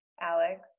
Alex